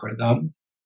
algorithms